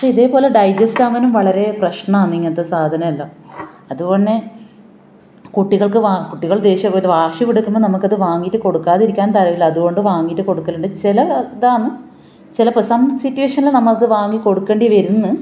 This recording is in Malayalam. പക്ഷേ ഇതേപോലെ ഡൈജസ്റ്റ് ആവാനും വളരെ പ്രശ്നമാണ് ഇങ്ങനത്തെ സാധനം എല്ലാം അതുതന്നെ കുട്ടികൾക്ക് വാ കുട്ടികൾ ദേഷ്യപ്പെട്ട് വാശി പിടിക്കുമ്പോൾ നമുക്കത് വാങ്ങിയിട്ട് കൊടുക്കാതിരിക്കാൻ തരമില്ല അതുകൊണ്ട് വാങ്ങിയിട്ട് കൊടുക്കലുണ്ട് ചില ഇതാണ് ചിലപ്പോൾ സം സിറ്റുവേഷനിൽ നമുക്ക് വാങ്ങി കൊടുക്കേണ്ടി വരുന്നു